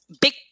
big